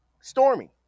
stormy